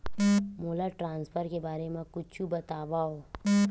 मोला ट्रान्सफर के बारे मा कुछु बतावव?